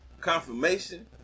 confirmation